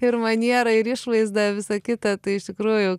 ir maniera ir išvaizda visa kita tai iš tikrųjų